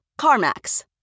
carmax